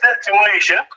stimulation